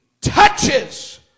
touches